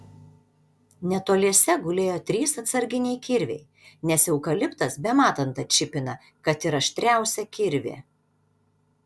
netoliese gulėjo trys atsarginiai kirviai nes eukaliptas bematant atšipina kad ir aštriausią kirvį